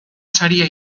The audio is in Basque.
saria